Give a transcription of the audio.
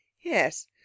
Yes